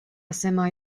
semi